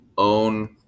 own